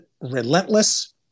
relentless